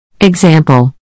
Example